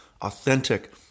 authentic